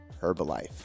Herbalife